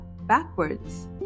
backwards